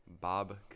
bob